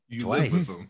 twice